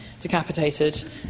decapitated